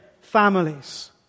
families